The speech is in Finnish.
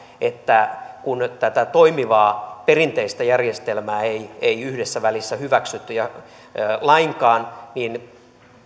että kun nyt tätä toimivaa perinteistä järjestelmää ei ei yhdessä välissä hyväksytty lainkaan niin